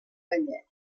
ballet